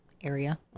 area